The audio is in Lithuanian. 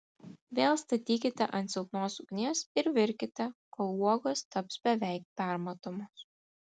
vėl statykite ant silpnos ugnies ir virkite kol uogos taps beveik permatomos